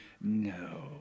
no